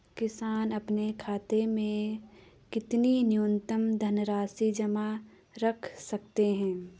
किसान अपने खाते में कितनी न्यूनतम धनराशि जमा रख सकते हैं?